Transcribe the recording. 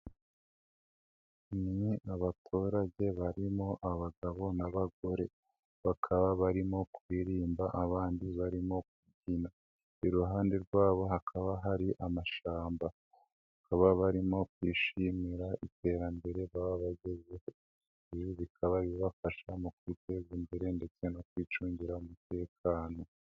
Ni abaturage barimo abagabo n'abagore, bakaba barimo kuririmba abandi barimo kubyina, iruhande rwabo hakaba hari amashyamba, bakaba barimo kwishimira iterambere baba bageze, ibi bikaba bibafasha mu kwiteza imbere ndetse no kwicungira umutekano.